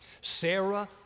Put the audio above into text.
Sarah